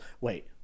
Wait